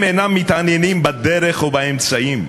הם אינם מתעניינים בדרך או באמצעים,